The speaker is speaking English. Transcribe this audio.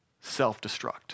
Self-destruct